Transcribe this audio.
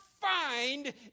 find